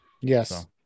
Yes